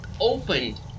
opened